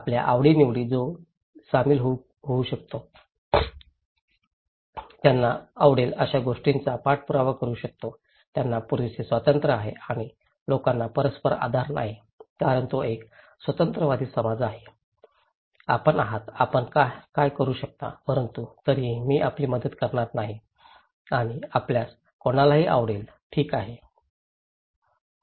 आपल्या आवडीनिवडीत जो सामील होऊ शकतो त्यांना आवडेल अशा गोष्टींचा पाठपुरावा करू शकतो त्यांना पुरेसे स्वातंत्र्य आहे आणि लोकांना परस्पर आधार नाही कारण तो एक स्वतंत्रतावादी समाज आहे आपण आहात आपण काय करू शकता परंतु तरीही मी आपली मदत करणार नाही आणि आपल्यास कोणालाही आवडेल ठीक आहे